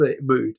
mood